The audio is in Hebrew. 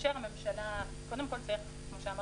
אז קודם כול צריך הכרזה.